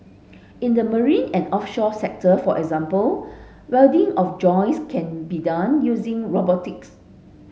in the marine and offshore sector for example welding of joints can did done using robotics